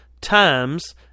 times